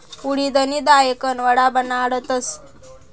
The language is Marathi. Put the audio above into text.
उडिदनी दायकन वडा बनाडतस